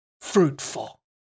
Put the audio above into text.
fruitful